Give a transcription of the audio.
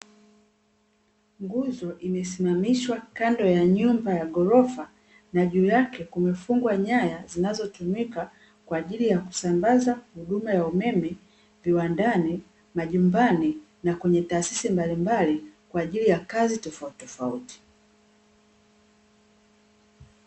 Nguzo imesimamishwa kando ya nyumba ya ghorofa na juu yake kumefungwa nyaya, zinazotumika kwa ajili ya kusambaza huduma ya umeme viwandani, majumbani na kwenye taasisi mbalimbali, kwa ajili ya kazi tofautitofauti.